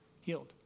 healed